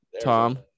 Tom